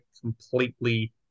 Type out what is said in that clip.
completely